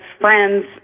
friends